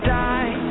die